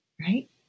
Right